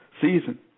season